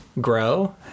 grow